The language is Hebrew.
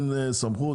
אין סמכות,